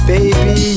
Baby